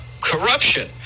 corruption